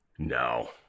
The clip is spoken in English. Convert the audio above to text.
No